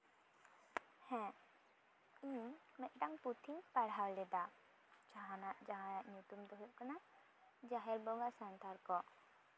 ᱦᱮᱸ ᱤᱧ ᱢᱤᱫᱴᱟᱝ ᱯᱩᱛᱷᱤᱧ ᱯᱟᱲᱦᱟᱣ ᱞᱮᱫᱟ ᱡᱟᱦᱟᱱᱟᱜ ᱡᱟᱦᱟᱸᱭᱟᱜ ᱧᱩᱛᱩᱢ ᱫᱚ ᱦᱩᱭᱩᱜ ᱠᱟᱱᱟ ᱡᱟᱦᱮᱨ ᱵᱚᱸᱜᱟ ᱥᱟᱱᱛᱟᱲ ᱠᱚ